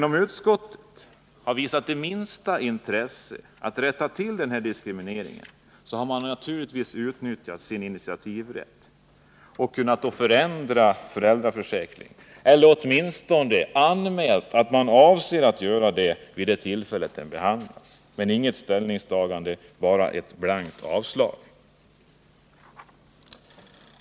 Om utskottet hade visat det minsta intresse för att rätta till denna diskriminering, så hade man naturligtvis utnyttjat sin initiativrätt och då kunnat förändra föräldraförsäkringen —-eller åtminstone anmält att man avser att göra detta vid det tillfälle då denna försäkring behandlas. Men man gjorde inget ställningstagande, det blev bara ett blankt avstyrkande.